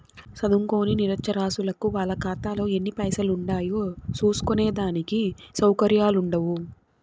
సదుంకోని నిరచ్చరాసులకు వాళ్ళ కాతాలో ఎన్ని పైసలుండాయో సూస్కునే దానికి సవుకర్యాలుండవ్